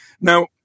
Now